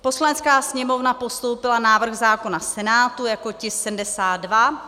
Poslanecká sněmovna postoupila návrh zákona Senátu jako tisk 72.